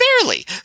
barely